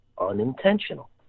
unintentional